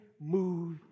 move